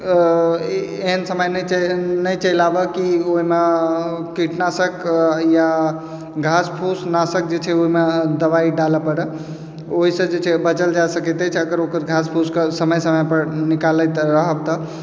एहन समयमे नहि चलि आबै कि ओहिमे कीटनाशक या घासफूस नाशक जे छै ओहिमे दवाइ डालै पड़ै ओहिसँ जे छै बचल जा सकैत अछि अगर ओकर घासफूसके समय समयपर निकालैत रहब तऽ